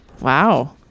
wow